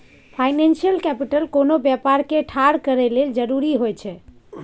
financial capital कोनो व्यापार के ठाढ़ करए लेल जरूरी होइ छइ